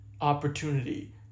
opportunity